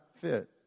fit